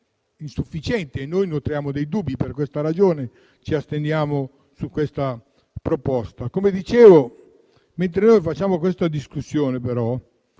insufficienti. Noi nutriamo dei dubbi e per questa ragione ci asteniamo su questa proposta. Come dicevo, mentre noi facciamo questa discussione,